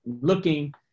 looking